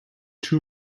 two